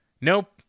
nope